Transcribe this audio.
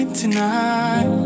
Tonight